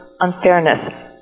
unfairness